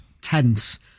tense